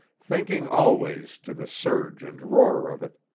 thinking always to the surge and roar of it